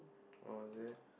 oh is it